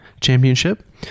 championship